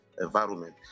environment